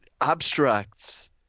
abstracts